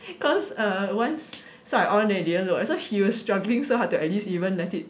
because err once so I on already I want to so he was struggling so hard to at least even let it